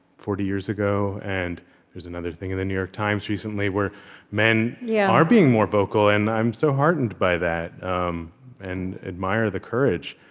forty years ago, and there was another thing in the new york times recently where men yeah are being more vocal. and i'm so heartened by that um and admire the courage.